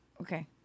Okay